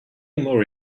more